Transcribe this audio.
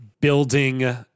...building